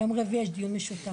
ביום רביעי יש דיון משותף.